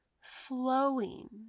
flowing